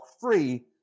free